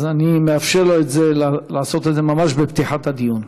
אני מאפשר לו לעשות את זה ממש בפתיחת הדיון.